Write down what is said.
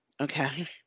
Okay